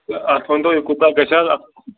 تہٕ اَتھ ؤنۍتو یہِ کوٗتاہ گژھِ حظ اَتھ